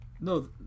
No